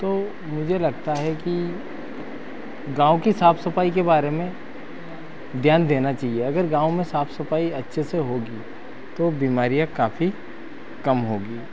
तो मुझे लगता है कि गाँव की साफ सफाई के बारे में ध्यान देना चाहिए अगर गाँव में साफ सफाई अच्छे से होगी तो बिमारियाँ काफी कम होंगी